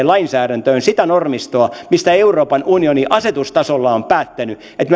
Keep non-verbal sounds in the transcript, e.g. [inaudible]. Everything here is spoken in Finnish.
[unintelligible] lainsäädäntöön sitä normistoa mistä euroopan unioni asetustasolla on päättänyt että [unintelligible]